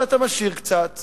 אבל אתה משאיר קצת